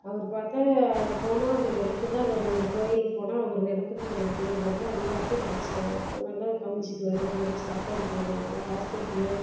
அவர் பார்த்தா அங்கே போனால் அந்த நெனைப்பு தான் வருது அந்த கோவிலுக்கு போனால் அவர் நெனைப்பு தான் வருது நல்லா எல்லாத்தையும் நல்லா நல்லா கவனிச்சுக்குவாரு நல்லா சாப்பாடு போடுவார் ஆஸ்பிட்டலு